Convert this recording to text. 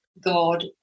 God